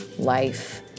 life